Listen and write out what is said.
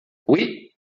oui